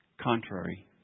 contrary